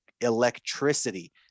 electricity